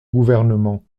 gouvernement